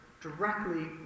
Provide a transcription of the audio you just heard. directly